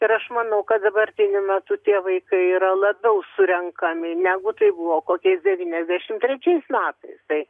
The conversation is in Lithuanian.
ir aš manau kad dabartiniu metu tie vaikai yra labiau surenkami negu tai buvo kokiais devyniasdešimt trečiais metais tai